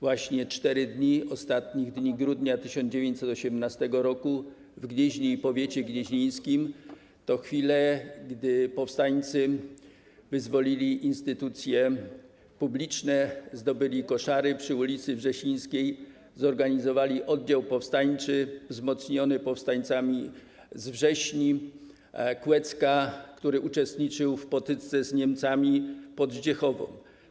Ostatnie 4 dni grudnia 1918 r. w Gnieźnie i powiecie gnieźnieńskim to chwile, gdy powstańcy wyzwolili instytucje publiczne, zdobyli koszary przy ul. Wrzesińskiej, zorganizowali oddział powstańczy, wzmocniony powstańcami z Wrześni, z Kłecka, który uczestniczył w potyczce z Niemcami pod Zdziechową.